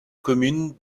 communes